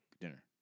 dinner